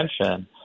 attention